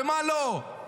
במה לא.